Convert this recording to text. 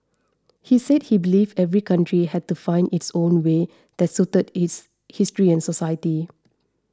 he said he believed every country had to find its own way that suited its history and society